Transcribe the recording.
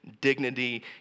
dignity